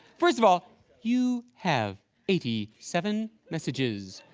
first of all you have eighty seven messages.